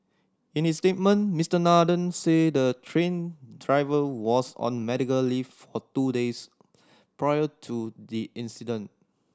in his statement Mister Nathan said the train driver was on medical leave for two days prior to the incident